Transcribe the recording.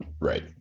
Right